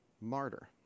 martyr